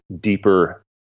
deeper